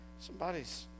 somebody's